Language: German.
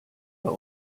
bei